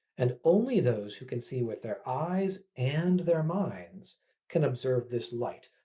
and only those who can see with their eyes and their minds can observe this light,